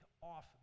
off